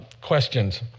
questions